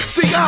See